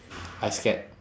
I scared